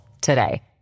today